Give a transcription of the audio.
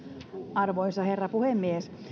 arvoisa herra puhemies